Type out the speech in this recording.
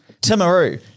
Timaru